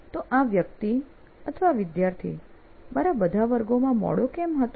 તો આ વ્યક્તિ વિદ્યાર્થી મારા બધા વર્ગોમાં મોડો કેમ હતો